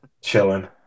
chilling